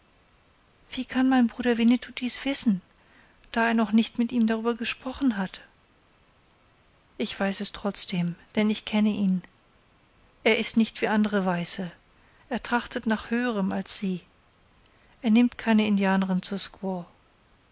wie kann mein bruder winnetou dies wissen da er noch nicht mit ihm darüber gesprochen hat ich weiß es trotzdem denn ich kenne ihn er ist nicht wie andere weiße er trachtet nach höherem als sie er nimmt keine indianerin zur squaw